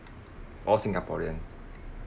all singaporean